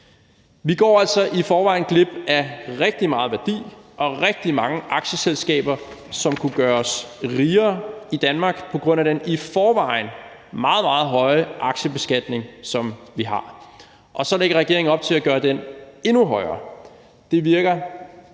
Vi går altså i forvejen glip af rigtig meget værdi og rigtig mange aktieselskaber, som kunne gøre os rigere i Danmark, på grund af den i forvejen meget, meget høje aktiebeskatning, som vi har. Og så lægger regeringen op til at gøre den endnu højere. Det virker